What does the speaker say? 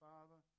Father